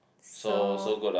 so